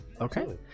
Okay